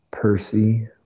Percy